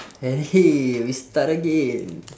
and hey we start again